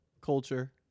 Culture